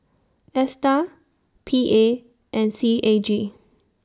ASTAR P A and C A G